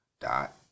dot